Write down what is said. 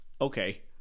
Okay